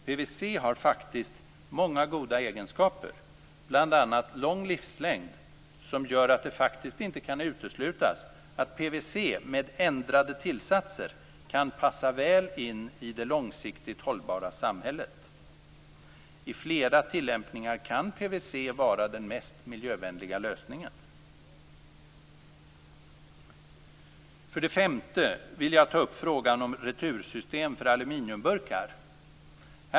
PVC har faktiskt många goda egenskaper, bl.a. lång livslängd, som gör att det faktiskt inte kan uteslutas att PVC med ändrade tillsatser kan passa väl in i det långsiktigt hållbara samhället. I flera tillämpningar kan PVC vara den mest miljövänliga lösningen. För det femte vill jag ta upp frågan om retursystem för aluminiumburkar.